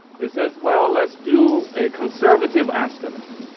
they says well let's do a conservative estimate,